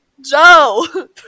Joe